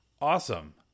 Awesome